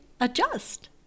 adjust